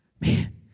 Man